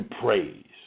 praise